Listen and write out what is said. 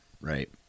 Right